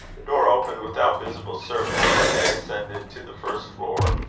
the door opened without visible service, and they ascended to the first floor,